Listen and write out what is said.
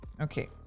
okay